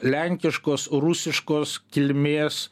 lenkiškos rusiškos kilmės